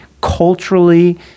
culturally